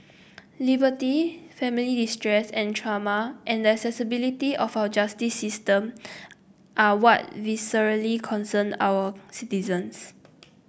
liberty family distress and trauma and the accessibility of our justice system are what viscerally concern our citizens